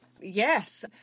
Yes